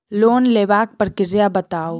Loan लेबाक प्रक्रिया बताऊ?